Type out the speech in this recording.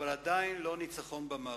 אבל עדיין לא ניצחון במערכה.